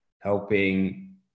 helping